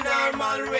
Normal